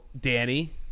Danny